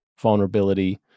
vulnerability